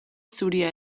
zuria